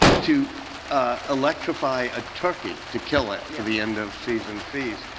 to ah electrify a turkey, to kill it for the end of season feast.